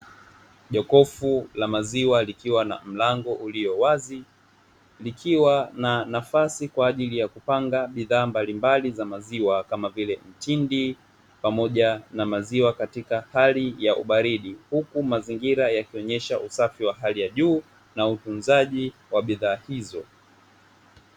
Jokofu la maziwa likiwa na mlango ulio wazi likiwa na nafasi, kwa ajili ya kupanga bidhaa mbalimbali za maziwa kama vile mtindi pamoja na maziwa. Katika hali ya ubaridi huku mazingira yakionyesha usafi wa hali ya juu na utunzaji wa bidhaa hizo.